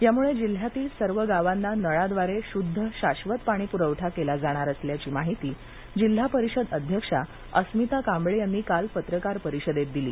यामुळे जिल्ह्यातील सर्व गावांना नळाद्वारे शुद्ध शाश्वत पाणी पुरवठा केला जाणार असल्याची माहिती जिल्हा परिषद अध्यक्षा अस्मिता कांबळे यांनी काल पत्रकार परिषदेत दिली